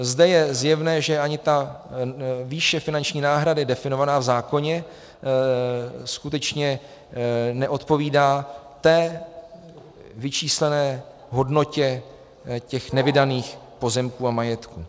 Zde je zjevné, že ani ta výše finanční náhrady definovaná v zákoně skutečně neodpovídá té vyčíslené hodnotě nevydaných pozemků a majetků.